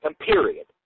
period